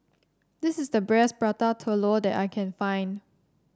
this is the Prata Telur that I can find